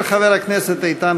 לדיון